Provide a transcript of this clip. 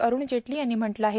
अरूण जेटली यांनी म्हटलं आहे